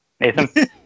Nathan